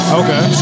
okay